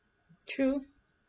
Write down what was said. true